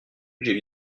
j’ai